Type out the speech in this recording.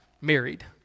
married